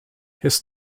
his